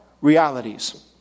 realities